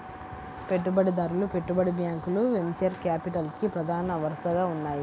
పెట్టుబడిదారులు, పెట్టుబడి బ్యాంకులు వెంచర్ క్యాపిటల్కి ప్రధాన వనరుగా ఉన్నాయి